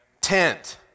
Tent